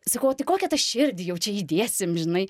sakau o tai kokią tą širdį jau čia įdėsim žinai